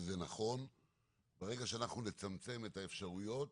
אבל למשל מה זה נקרא אדם שמגיעה לו הנחה?